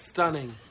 Stunning